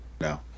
No